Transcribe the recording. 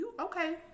okay